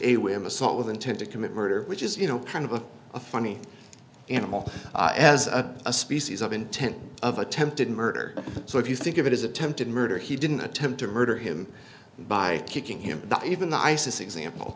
a whim assault with intent to commit murder which is you know kind of a funny animal as a a species of intent of attempted murder so if you think of it as attempted murder he didn't attempt to murder him by kicking him not even the isis example